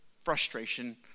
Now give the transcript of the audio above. frustration